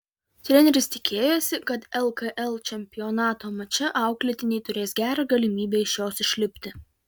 treneris tikėjosi kad lkl čempionato mače auklėtiniai turės gerą galimybę iš jos išlipti